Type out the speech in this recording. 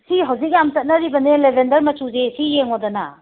ꯁꯤ ꯍꯧꯖꯤꯛ ꯌꯥꯝ ꯆꯠꯅꯔꯤꯕꯅꯦ ꯂꯦꯕꯦꯟꯗꯔ ꯃꯆꯨꯁꯤ ꯁꯤ ꯌꯦꯡꯉꯣꯗꯅ